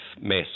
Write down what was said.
mess